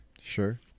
Sure